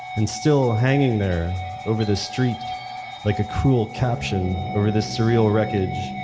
and still hanging there over the street like a cruel caption over the surreal wreckage,